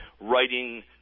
writing